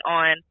on